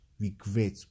regret